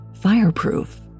fireproof